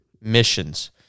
missions